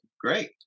great